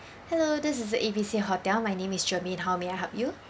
hello this is A B C hotel my name is germaine how may I help you